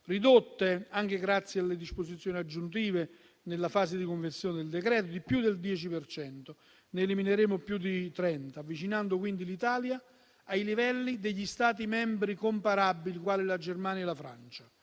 ridotte, anche grazie alle disposizioni aggiuntive nella fase di conversione del decreto-legge, di più del 10 per cento: ne elimineremo più di 30, avvicinando quindi l'Italia ai livelli degli Stati membri comparabili, quali la Germania e la Francia.